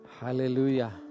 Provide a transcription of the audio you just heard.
Hallelujah